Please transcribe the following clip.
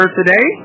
today